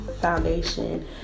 foundation